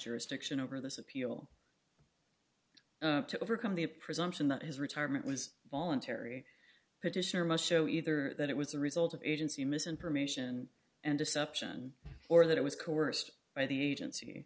jurisdiction over this appeal to overcome the a presumption that his retirement was voluntary petitioner must show either that it was the result of agency misinformation and deception or that it was coerced by the agency